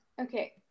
Okay